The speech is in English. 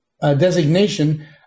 Designation